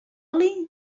oli